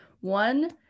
One